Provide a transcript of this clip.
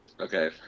Okay